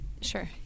Sure